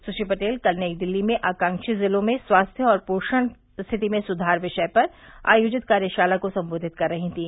सुश्री पटेल कल नई दिल्ली में आकांक्षी जिलों में स्वास्थ्य और पोषण स्थिति में सुधार विषय पर आयोजित कार्यशाला को संबोधित कर रही थीं